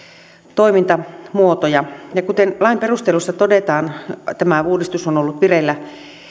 toimintamuotoja ja kuten lain perusteluissa todetaan tämä uudistus on on ollut vireillä